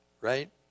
right